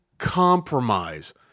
compromise